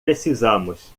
precisamos